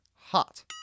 hot